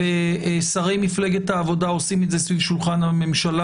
ושרי מפלגת העבודה עושים את זה סביב שולחן הממשלה.